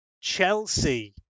Chelsea